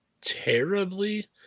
terribly